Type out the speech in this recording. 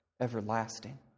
Everlasting